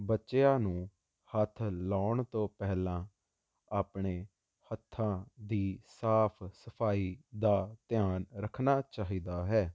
ਬੱਚਿਆਂ ਨੂੰ ਹੱਥ ਲਾਉਣ ਤੋਂ ਪਹਿਲਾਂ ਆਪਣੇ ਹੱਥਾਂ ਦੀ ਸਾਫ ਸਫਾਈ ਦਾ ਧਿਆਨ ਰੱਖਣਾ ਚਾਹੀਦਾ ਹੈ